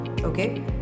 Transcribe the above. okay